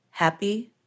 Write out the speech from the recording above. Happy